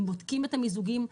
הם בודקים את המיזוגים,